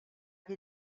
qui